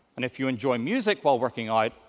and if you enjoy music while working out,